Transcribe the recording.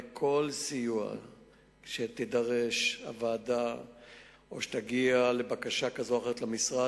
וכל סיוע שתידרש לו הוועדה או שתגיע בקשה כזו או אחרת למשרד,